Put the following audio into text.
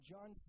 John